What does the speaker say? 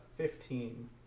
Fifteen